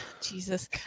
Jesus